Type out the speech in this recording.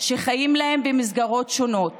שחיים להם במסגרות שונות